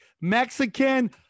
Mexican